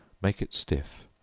make it stiff,